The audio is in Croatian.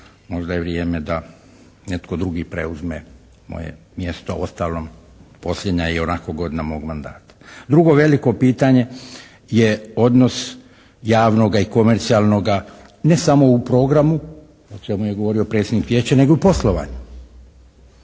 možda je vrijeme da netko drugi preuzme moje mjesto. Uostalom, posljednja je ionako godina mog mandata. Drugo veliko pitanje je odnos javnoga i komercijalnoga ne samo u programu o čemu je govorio predsjednik vijeća nego i u poslovanju.